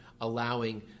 allowing